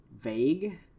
vague